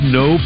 no